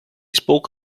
spoke